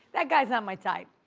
that guy's not my type.